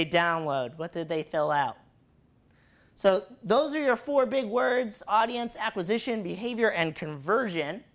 they download what did they fill out so those are four big words audience acquisition behavior and conversion